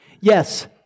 Yes